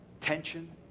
tension